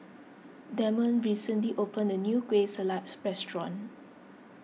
Demond recently opened a new Kueh Salat restaurant